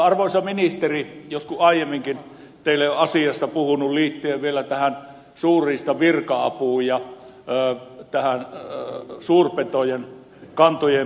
arvoisa ministeri joskus aiemminkin teille olen asiasta puhunut liittyen suurriistavirka apuun ja suurpetojen kantojen määrään